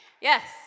Yes